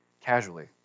casually